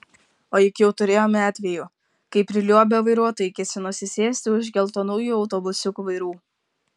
o juk jau turėjome atvejų kai priliuobę vairuotojai kėsinosi sėsti už geltonųjų autobusiukų vairų